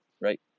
right